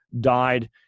died